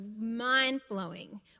mind-blowing